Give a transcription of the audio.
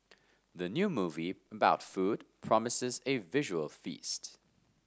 the new movie about food promises a visual feast